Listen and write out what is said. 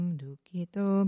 dukito